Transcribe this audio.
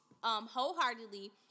wholeheartedly